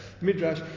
midrash